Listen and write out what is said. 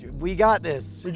we got this.